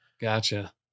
gotcha